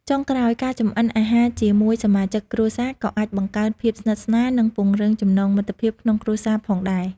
ចុងក្រោយ ការចម្អិនអាហារជាមួយសមាជិកគ្រួសារក៏អាចបង្កើតភាពស្និទ្ធស្នាល និងពង្រឹងចំណងមិត្តភាពក្នុងគ្រួសារផងដែរ។